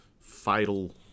fatal